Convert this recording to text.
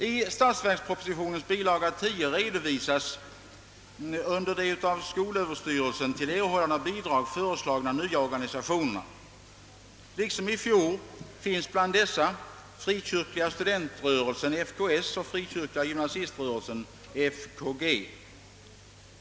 I statsverkspropositionens bilaga nr 10 redovisas de av skolöverstyrelsen till erhållande av bidrag föreslagna nya organisationerna. Liksom i fjol finns bland dessa Sveriges kristliga studentförening, FKS, och Fria kristliga gymnasiströrelsen, FKG.